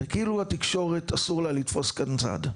וכאילו התקשורת אסור לה לתפוס כאן צד.